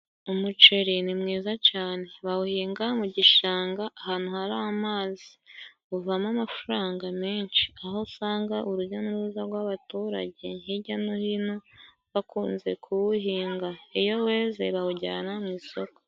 Umuceri ni mwiza cane，bawuhinga mu gishanga，ahantu hari amazi， uvamo amafaranga menshi， aho usanga urujya n'uruza rw'abaturage hirya no hino，bakunze kuwuhinga，iyo weze bawujyana mu isoko.